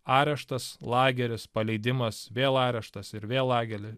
areštas lageris paleidimas vėl areštas ir vėl lagely